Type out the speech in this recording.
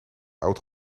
oud